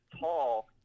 tall